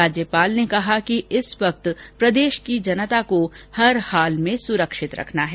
राज्यपाल ने कहा कि इस वक्त प्रदेश की जनता को हल हाल में सुरक्षित रखना है